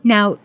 Now